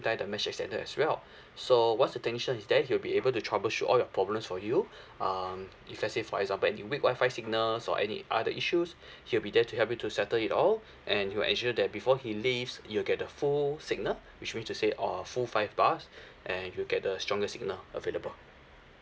time the mesh extender as well so once the technician is there he'll be able to troubleshoot all your problems for you um if let's say for example any weak Wi-Fi signals or any other issues he'll be there to help you to settle it all and he will ensure that before he leaves you'll get the full signal which means to say uh full five bars and you get the strongest signal available